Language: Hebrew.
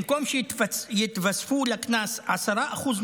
במקום שיתווספו לקנס 5%